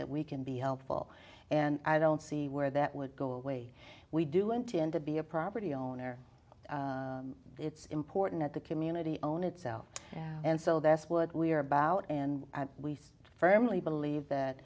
that we can be helpful and i don't see where that would go away we do intend to be a property owner it's important at the community own itself and so this would we're about and we firmly believe that